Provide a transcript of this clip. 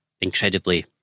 incredibly